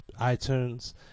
iTunes